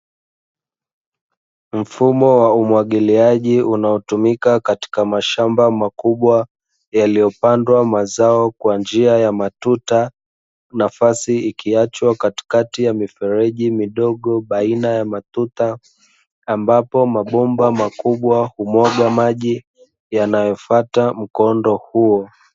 Mfumo wa umwagiliaji unaotumika katika mashamba makubwa yaliyopandwa mazao kwa njia ya matuta. Nafasi ikiachwa katikati ya mifereji midogo baina ya matuta ambapo mabomba makubwa humwaga maji yanayofata mkondo huo.